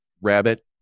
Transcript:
rabbit